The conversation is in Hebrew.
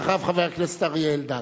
אחריו, חבר הכנסת אריה אלדד.